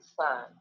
Son